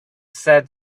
said